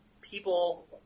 people